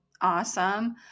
Awesome